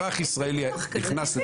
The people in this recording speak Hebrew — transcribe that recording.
אבל אין